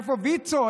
איפה ויצו?